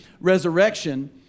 resurrection